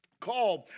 called